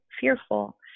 fearful